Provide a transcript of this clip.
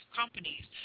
companies